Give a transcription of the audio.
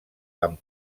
amb